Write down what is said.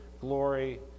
glory